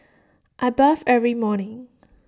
I bath every morning